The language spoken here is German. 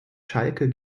schalke